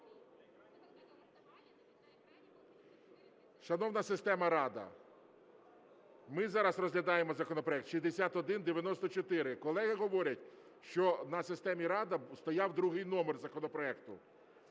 Шановна система "Рада", ми зараз розглядаємо законопроект 6194. Колеги говорять, що на системі "Рада" стояв другий номер законопроекту.